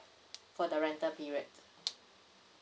for the rental period